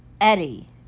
Eddie